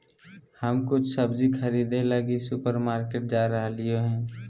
हम कुछ सब्जि खरीदे लगी सुपरमार्केट जा रहलियो हें